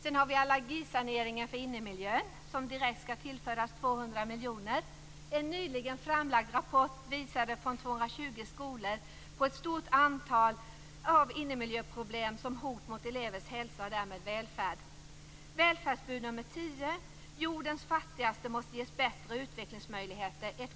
Sedan har vi allergisanering av innemiljön som direkt skall tillföras 200 miljoner kronor. En nyligen framlagd rapport från 220 skolor visade på ett stort antal innemiljöproblem som innebär hot mot elevers hälsa och därmed välfärd. Välfärdsbud nummer tio: jordens fattigaste. De måste ges bättre utvecklingsmöjligheter.